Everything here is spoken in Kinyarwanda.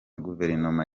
guverinoma